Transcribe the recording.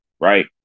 Right